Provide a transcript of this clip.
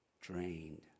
drained